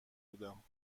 بودم